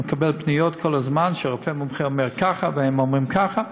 מקבל פניות כל הזמן שרופא מומחה אומר ככה והם אומרים ככה.